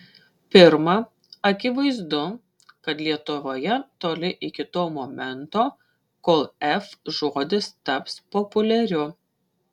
pirma akivaizdu kad lietuvoje toli iki to momento kol f žodis taps populiariu